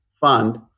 fund